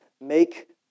Make